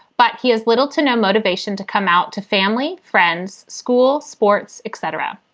but he has little to no motivation to come out to family, friends, school, sports, etc.